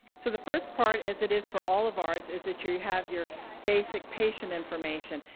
so the first part, as it is for all of ours, is that you have your basic patient information.